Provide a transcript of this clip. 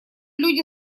люди